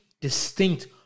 distinct